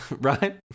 right